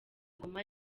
ngoma